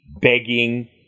begging